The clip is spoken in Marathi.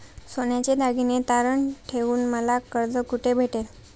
सोन्याचे दागिने तारण ठेवून मला कर्ज कुठे भेटेल?